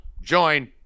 Join